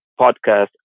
podcast